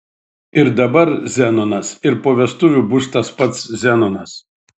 ir dabar zenonas ir po vestuvių bus tas pats zenonas